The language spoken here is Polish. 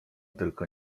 tylko